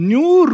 New